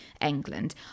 England